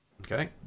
Okay